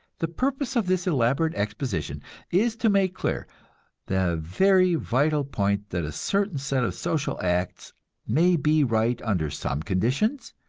the purpose of this elaborate exposition is to make clear the very vital point that a certain set of social acts may be right under some conditions,